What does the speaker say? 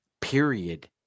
period